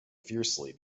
fiercely